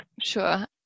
sure